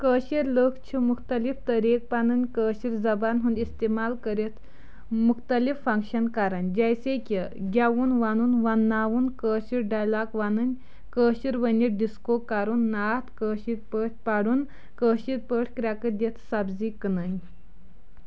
کٲشر لُکھ چھِ مختلف طریق پَنٕنۍ کٲشر زبان ہُنٛد استعمال کٔرِتھ مختلف فنگشن کران جیسے کہِ گِیوُن ونُن ونناوُن کٲشُر ڈایلاگ وَنٕنۍ کٲشر ؤنِتھ ڈسکو کرُن ناتھ کٲشِر پٲٹھۍ پرُن کٲشِر پٲٹھۍ کرٛیکہٕ دِتھ سبزی کِنٕنۍ